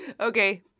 Okay